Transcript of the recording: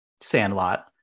Sandlot